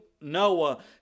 noah